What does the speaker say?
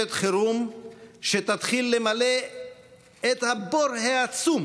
ממשלת חירום שתתחיל למלא את הבור העצום